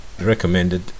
recommended